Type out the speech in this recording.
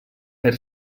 fer